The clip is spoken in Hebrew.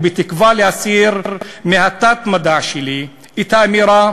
ובתקווה להסיר מהתת-מודע שלי את האמירה